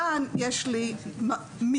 כאן יש לי מסגרת